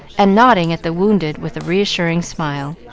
and nodding at the wounded with a reassuring smile.